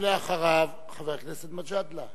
ואחריו, חבר הכנסת מג'אדלה.